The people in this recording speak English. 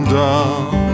down